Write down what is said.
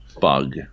bug